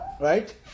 Right